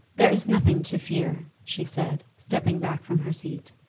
there is nothing to fear, she said, stepping back from her seat.